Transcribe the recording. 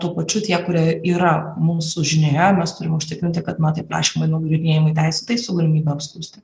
tuo pačiu tie kurie yra mūsų žinioje mes turime užtikrinti kad na tie prašymai nagrinėjami teisėtai su galimybe apskųsti